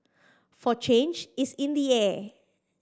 for change is in the air